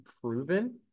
proven